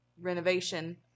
renovation